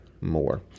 more